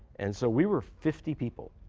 and so we were fifty people